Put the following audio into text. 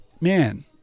Man